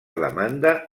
demanda